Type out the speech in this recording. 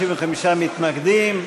55 מתנגדים,